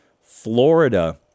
Florida